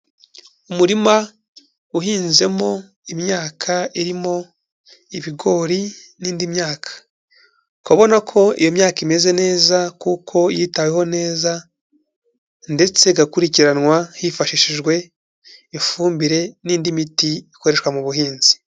Umurima uhinzemo imyaka irimo ibigori n'indi myaka; kaba ubona ko iyo myaka imeze neza kuko yitayeho neza ndetse igakurikiranwa hifashishijwe ifumbire n'indi miti ikoreshwa mu buhinzi.